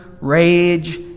rage